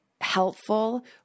helpful